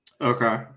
okay